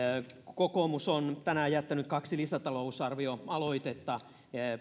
kokoomus on tänään jättänyt kaksi lisätalousarvioaloitetta